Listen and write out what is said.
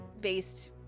based